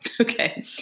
Okay